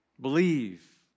believe